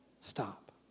stop